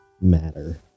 matter